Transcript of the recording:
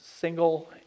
single